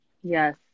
yes